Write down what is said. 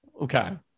Okay